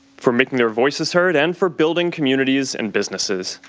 for making their voices heard and for building communities and businesses.